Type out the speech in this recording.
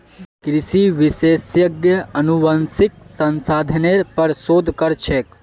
कृषि विशेषज्ञ अनुवांशिक संशोधनेर पर शोध कर छेक